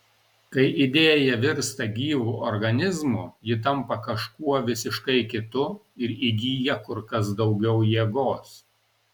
kai idėja virsta gyvu organizmu ji tampa kažkuo visiškai kitu ir įgyja kur kas daugiau jėgos